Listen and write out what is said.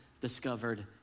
discovered